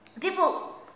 people